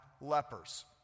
lepers